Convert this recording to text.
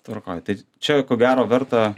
tvarkoj tai čia ko gero verta